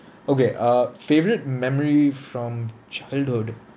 okay uh favourite memory from childhood